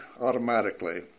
automatically